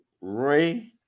Ray